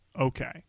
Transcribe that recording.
Okay